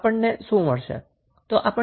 તો આપણને શું મળશે